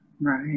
Right